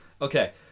Okay